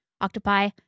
octopi